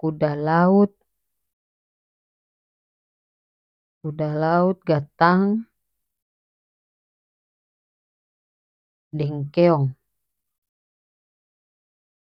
kuda laut-kuda laut gatang deng keong.